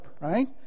right